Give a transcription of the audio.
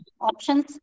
Options